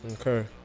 Okay